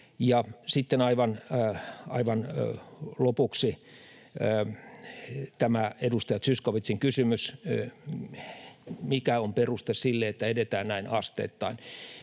Sitten aivan lopuksi tämä edustaja Zyskowiczin kysymys, mikä on peruste sille, että edetään näin asteittain: